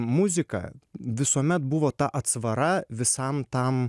muzika visuomet buvo ta atsvara visam tam